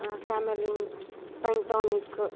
Camlin पेण्टानिक्